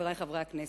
חברי חברי הכנסת,